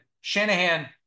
Shanahan